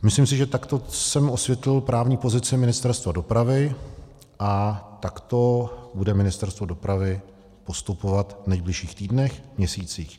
Myslím si, že jsem takto osvětlil právní pozici Ministerstva dopravy a takto bude Ministerstvo dopravy postupovat v nejbližších týdnech a měsících.